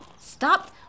Stop